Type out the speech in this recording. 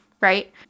right